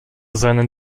seinen